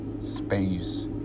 space